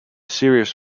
series